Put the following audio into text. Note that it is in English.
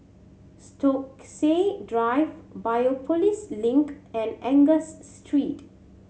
Stokesay Drive Biopolis Link and Angus Street